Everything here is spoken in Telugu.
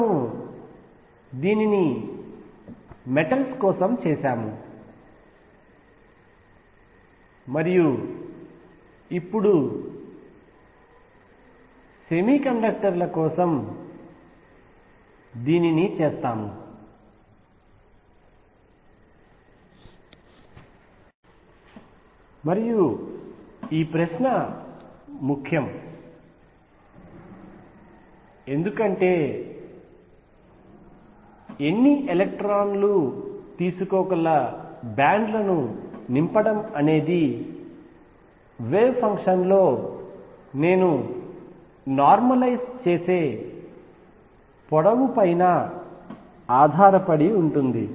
మనము దీనిని మెటల్స్ కోసం చేశాము మరియు ఇప్పుడు సెమీకండక్టర్ల కోసం దీనిని చేస్తాము మరియు ఈ ప్రశ్న ముఖ్యం ఎందుకంటే ఎన్ని ఎలక్ట్రాన్ లు తీసుకోగల బ్యాండ్ లను నింపడం అనేది వేవ్ ఫంక్షన్లో నేను నార్మలైజ్ చేసే పొడవుపై ఆధారపడి ఉంటుంది